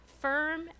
firm